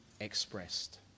expressed